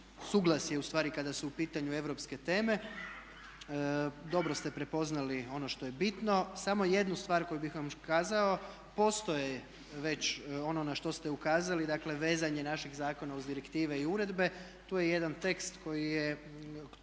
suglasje u stvari kada su u pitanju europske teme. Dobro ste prepoznali ono što je bitno. Samo jednu stvar koju bih vam kazao postoje već ono na što ste ukazali, dakle vezanje našeg zakona uz direktive i uredbe. Tu je jedan tekst koji se